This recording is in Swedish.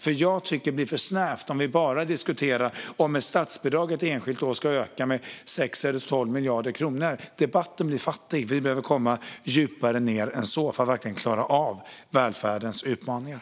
Jag tycker att det blir för snävt om vi bara diskuterar om ett statsbidrag ett enskilt år ska öka med 6 eller 12 miljarder kronor. Debatten blir fattig. Vi behöver komma djupare ned än så för att verkligen klara av välfärdens utmaningar.